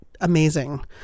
amazing